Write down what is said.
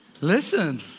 Listen